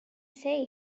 say